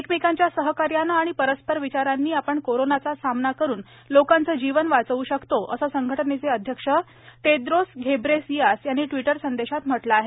एकमेकांच्या सहकार्यानं आणि परस्पर विचाराने आपण कोरोनाचा सामना करून लोकांचं जीवन वाचवू शकतो असं संघटनेचे अध्यक्ष टेद्रोस घेब्रेसियास यांनी ट्विटर संदेशात म्हटलं आहे